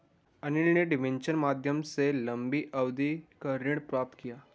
अनिल ने डिबेंचर के माध्यम से लंबी अवधि का ऋण प्राप्त किया